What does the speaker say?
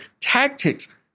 tactics